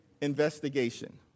investigation